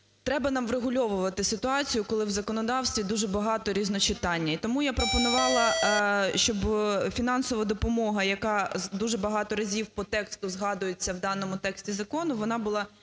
треба нам врегульовувати ситуацію, коли в законодавстві дуже багато різночитання. І тому я пропонувала, щоб фінансова допомога, яка дуже багато разів по тексту згадується в даному тексті закону, вона була